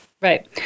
Right